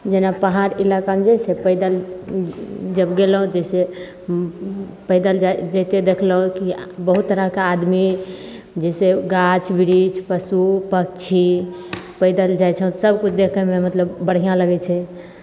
जेना पहाड़ इलाकामे जे छै पैदल जब गेलहुँ जैसे पैदल जाइ जइते देखलहुँ की बहुत तरहके आदमी जैसे गाछ वृक्ष पशु पक्षी पैदल जाइ छौ सब किछु देखयमे मतलब बढ़िआँ लगय छै